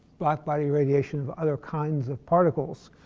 black-body radiation of other kinds of particles.